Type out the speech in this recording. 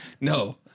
No